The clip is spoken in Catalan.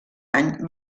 any